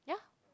ya